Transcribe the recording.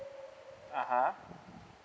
ah ha